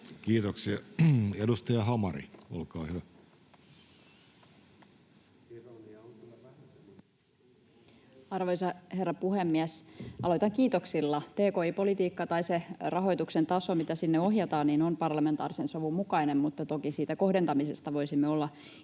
Time: 16:35 Content: Arvoisa herra puhemies! Aloitan kiitoksilla: tki-politiikka, tai se rahoituksen taso, mitä sinne ohjataan, on parlamentaarisen sovun mukainen. Mutta toki siitä kohdentamisesta voisimme olla eri mieltä.